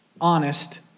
honest